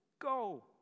go